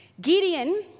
Gideon